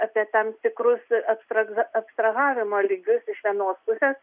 apie tam tikrus abstrah abstrahavimo lygius iš vienos pusės